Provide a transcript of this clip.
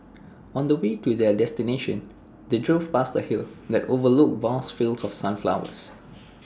on the way to their destination they drove past A hill that overlooked vast fields of sunflowers